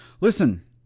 Listen